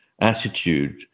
attitude